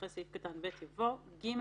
אחרי סעיף קטן (ב) יבוא: "(ג)